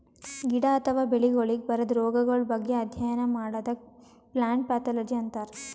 ಗಿಡ ಅಥವಾ ಬೆಳಿಗೊಳಿಗ್ ಬರದ್ ರೊಗಗಳ್ ಬಗ್ಗೆ ಅಧ್ಯಯನ್ ಮಾಡದಕ್ಕ್ ಪ್ಲಾಂಟ್ ಪ್ಯಾಥೊಲಜಿ ಅಂತರ್